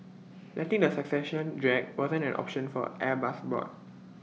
letting the succession drag wasn't an option for Airbus's board